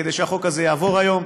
כדי שהחוק הזה יעבור היום.